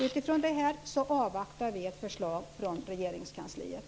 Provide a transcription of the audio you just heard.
Utifrån detta avvaktar vi ett förslag från Regeringskansliet.